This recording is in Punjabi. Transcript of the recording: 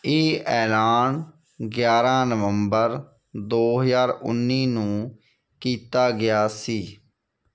ਇਹ ਐਲਾਨ ਗਿਆਰ੍ਹਾਂ ਨਵੰਬਰ ਦੋ ਹਜ਼ਾਰ ਉੱਨੀ ਨੂੰ ਕੀਤਾ ਗਿਆ ਸੀ